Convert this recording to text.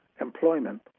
employment